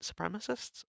supremacists